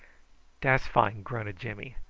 dat's fine, grunted jimmy,